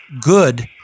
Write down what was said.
good